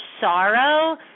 sorrow